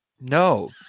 No